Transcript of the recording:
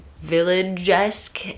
village-esque